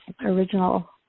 Original